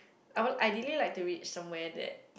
I want I delay like to read somewhere that